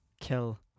Kill